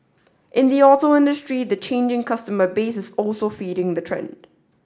in the auto industry the changing customer base is also feeding the trend